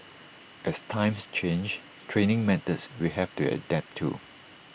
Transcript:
as times change training methods will have to adapt too